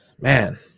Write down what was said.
man